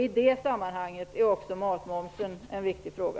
I det sammanhanget är också matmomsen en viktig fråga.